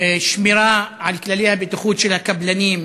שמירה על כללי הבטיחות של הקבלנים,